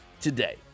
today